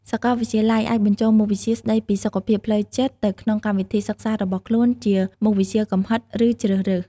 សាកលវិទ្យាល័យអាចបញ្ចូលមុខវិជ្ជាស្តីពីសុខភាពផ្លូវចិត្តទៅក្នុងកម្មវិធីសិក្សារបស់ខ្លួនជាមុខវិជ្ជាកំហិតឬជ្រើសរើស។